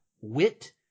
wit